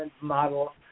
model